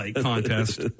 contest